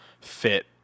fit